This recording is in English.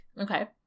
okay